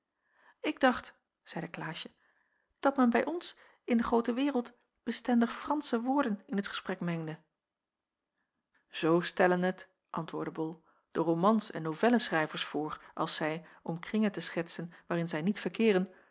ik dacht zeide klaasje dat men bij ons in de groote wereld bestendig fransche woorden in t gesprek mengde zoo stellen t antwoordde bol de romans en novellenschrijvers voor als zij om kringen te schetsen waarin zij niet verkeeren